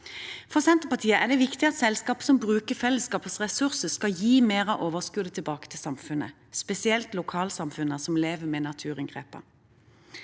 For Senterpartiet er det viktig at selskaper som bruker fellesskapets ressurser, skal gi mer av overskuddet tilbake til samfunnet, spesielt lokalsamfunnet som lever med naturinngrepet.